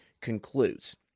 concludes